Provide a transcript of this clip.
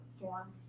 form